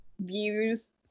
views